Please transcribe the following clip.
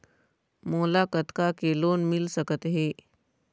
मोला कतका के लोन मिल सकत हे?